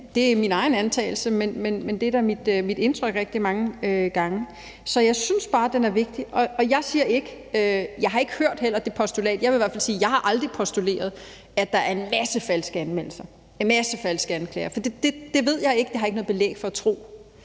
Det er min egen antagelse, men det er da mit indtryk rigtig mange gange. Så jeg synes bare, den er vigtig. Jeg har ikke hørt det postulat, og jeg vil i hvert fald sige, at jeg aldrig har postuleret, at der er en masse falske anmeldelser, en masse falske anklager, for det ved jeg ikke; det har jeg ikke noget belæg for at tro.